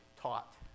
taught